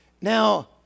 Now